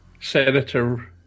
Senator